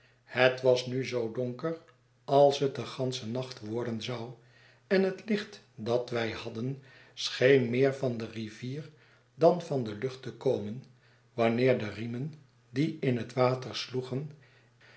het was nu zoo donker als het den ganschen nacht worden zou en het licht dat wij hadden scheen meer van de rivier dan van de lucht te komen wanneer de riemen die in het water sloegen